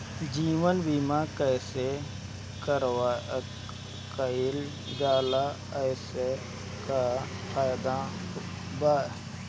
जीवन बीमा कैसे कईल जाला एसे का फायदा बा?